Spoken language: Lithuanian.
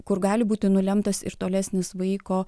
kur gali būti nulemtas ir tolesnis vaiko